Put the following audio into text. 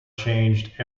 changed